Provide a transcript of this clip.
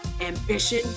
ambition